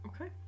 Okay